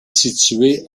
située